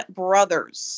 brothers